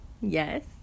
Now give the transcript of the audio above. Yes